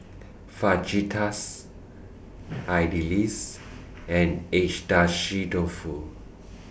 Fajitas Idili's and Agedashi Dofu